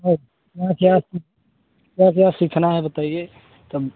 और क्या क्या सीख क्या क्या सीखना है बताइए तब